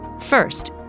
First